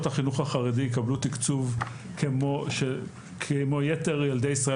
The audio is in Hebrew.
החינוך החרדי יקבלו תקצוב כמו יתר ילדי ישראל,